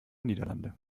niederlande